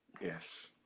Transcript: Yes